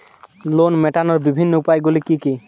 Loan মেটানোর বিভিন্ন উপায়গুলি কী কী?